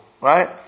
right